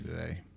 today